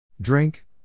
Drink